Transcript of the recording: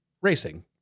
racing